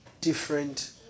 different